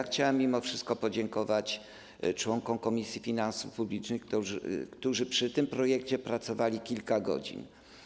Chciałem mimo wszystko podziękować członkom Komisji Finansów Publicznych, którzy przy tym projekcie pracowali kilka godzin.